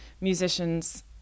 musicians